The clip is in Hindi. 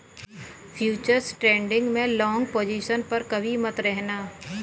फ्यूचर्स ट्रेडिंग में लॉन्ग पोजिशन पर कभी मत रहना